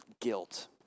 Guilt